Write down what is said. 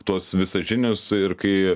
tuos visažinius ir kai